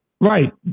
Right